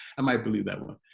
and might believe that one.